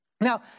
Now